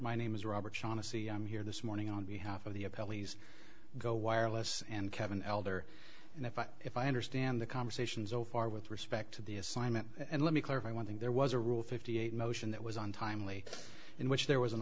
my name is robert shaughnessy i'm here this morning on behalf of the a police go wireless and kevin elder and if i if i understand the conversations zero four with respect to the assignment and let me clarify one thing there was a rule fifty eight motion that was untimely in which there was an